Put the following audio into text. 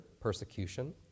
persecution